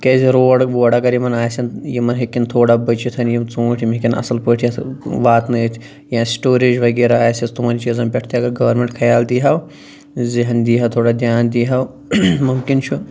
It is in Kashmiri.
تِکیٛازِ روڈ ووڈ اَگر یِمَن آسیٚن یِمَن ہیٚکیٚن تھوڑا بٔچِتھ یِم ژوٗنٛٹھۍ یِم ہیٚکیٚن اصٕل پٲٹھۍ واتنٲیِتھ یا سٹوریج وغیرہ آسیٚس تِمَن چیٖزَن پٮ۪ٹھ تہِ اگر گورمیٚنٛٹ خیال دی ہاو ذہن دی ہا تھوڑا دھیان دی ہاو مُمکِن چھُ